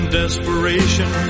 desperation